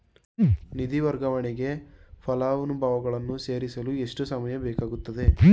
ನಿಧಿ ವರ್ಗಾವಣೆಗೆ ಫಲಾನುಭವಿಗಳನ್ನು ಸೇರಿಸಲು ಎಷ್ಟು ಸಮಯ ಬೇಕಾಗುತ್ತದೆ?